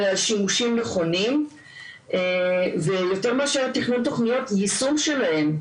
אלא שימושים נכונים ויותר מאשר תכנון תוכניות יישום שלהן.